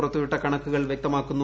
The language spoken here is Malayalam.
പുറത്തുവിട്ട കണക്കുകൾ വ്യക്തമാക്കുന്നു